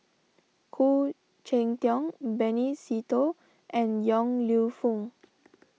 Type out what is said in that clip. Khoo Cheng Tiong Benny Se Teo and Yong Lew Foong